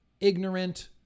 ignorant